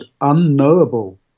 unknowable